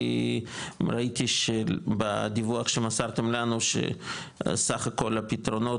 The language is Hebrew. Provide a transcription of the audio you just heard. כי ראיתי שבדיווח שמסרתם לנו שסך הכול הפתרונות